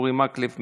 אורי מקלב,